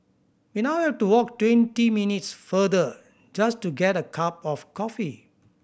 we now have to walk twenty minutes farther just to get a cup of coffee